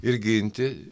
ir ginti